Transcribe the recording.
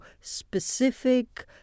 specific